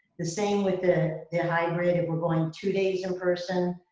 the same with the yeah hybrid. if we're going two days in person,